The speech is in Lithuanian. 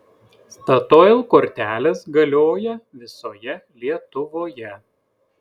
statoil kortelės galioja visoje lietuvoje